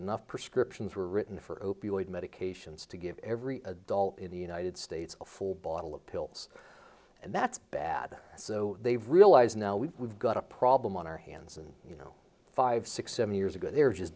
enough prescriptions were written for opioid medications to give every adult in the united states a full bottle of pills and that's bad so they realize now we got a problem on our hands and you know five six seven years ago they're just